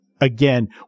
again